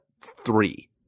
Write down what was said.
three